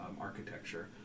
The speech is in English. architecture